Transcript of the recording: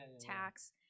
tax